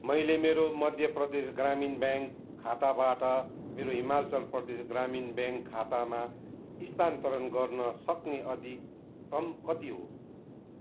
मैले मेरो मध्य प्रदेश ग्रामीण ब्याङ्क खाताबाट मेरो हिमाचल प्रदेश ग्रामीण ब्याङ्क खातामा स्थानान्तरण गर्न सक्ने अधिकतम कति हो